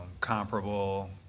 comparable